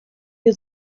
wir